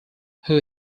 who